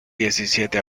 diecisiete